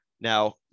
Now